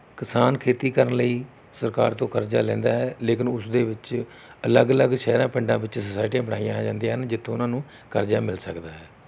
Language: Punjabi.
ਕਿਸਾਨ ਖੇਤੀ ਕਰਨ ਲਈ ਸਰਕਾਰ ਤੋਂ ਕਰਜ਼ਾ ਲੈਂਦਾ ਹੈ ਲੇਕਿਨ ਉਸਦੇ ਵਿੱਚ ਅਲੱਗ ਅਲੱਗ ਸ਼ਹਿਰਾਂ ਪਿੰਡਾਂ ਵਿੱਚ ਸੁਸਾਇਟੀਆਂ ਬਣਾਈਆਂ ਜਾਂਦੀਆਂ ਹਨ ਜਿੱਥੋਂ ਉਹਨਾਂ ਨੂੰ ਕਰਜ਼ਾ ਮਿਲ ਸਕਦਾ ਹੈ